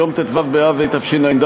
ביום ט"ו באב התשע"ד,